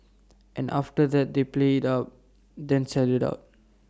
and after that they play IT up then sell IT out